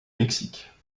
mexique